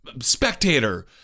spectator